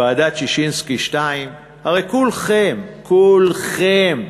ועדת ששינסקי 2. הרי כולכם, כולכם,